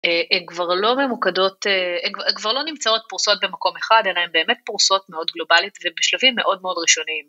הן כבר לא ממוקדות, הן כבר לא נמצאות פרושות במקום אחד, הן באמת פורסות מאוד גלובלית ובשלבים מאוד מאוד ראשוניים.